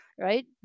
right